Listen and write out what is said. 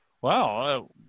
wow